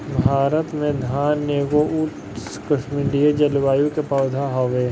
भारत में धान एगो उष्णकटिबंधीय जलवायु के पौधा हवे